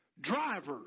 drivers